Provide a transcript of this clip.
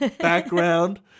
background